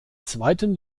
zweiten